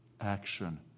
action